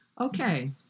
Okay